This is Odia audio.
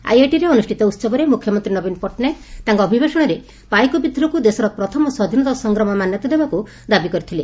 ଆଇଆଇଟିରେ ଅନୁଷ୍ବିତ ଉହବରେ ମୁଖ୍ୟମନ୍ତୀ ନବୀନ ପଟ୍ଟନାୟକ ତାଙ୍କ ଅଭିଭାଷଣରେ ପାଇକ ବିଦ୍ରୋହକୁ ଦେଶର ପ୍ରଥମ ସ୍ୱାଧୀନତା ସଂଗ୍ରାମ ମାନ୍ୟତା ଦେବାକୁ ଦାବି କରିଥିଲେ